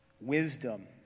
wisdom